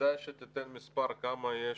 כדאי שתיתן מספר כמה יש,